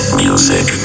music